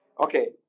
Okay